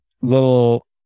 little